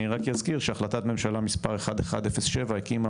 אני רק אזכיר שהחלטת ממשלה מספר 1107 הקימה